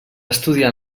estudiar